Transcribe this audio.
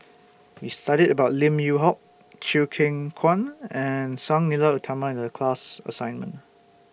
We studied about Lim Yew Hock Chew Kheng Chuan and Sang Nila Utama in The class assignment